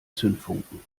zündfunken